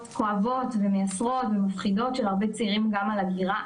כואבות ומייסרות ומפחידות של הרבה צעירים גם על הגירה.